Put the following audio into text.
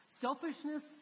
Selfishness